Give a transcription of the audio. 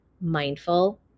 mindful